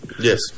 Yes